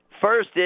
first